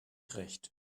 recht